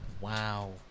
wow